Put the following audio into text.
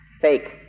fake